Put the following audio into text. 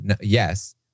yes